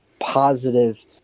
positive